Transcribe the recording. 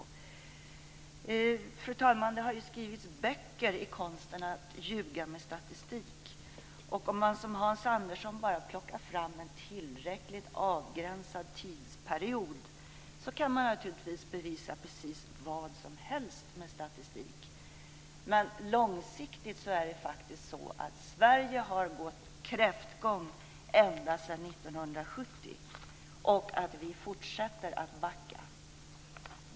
Fru talman! Det har skrivits böcker i konsten att ljuga med statistik. Om man som Hans Andersson plockar fram en tillräckligt avgränsad tidsperiod kan man naturligtvis bevisa vad som helst med statistik. Men långsiktigt, ända från 1970, har Sverige gått kräftgång. Sverige fortsätter att backa.